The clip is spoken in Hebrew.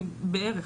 בערך,